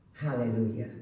Hallelujah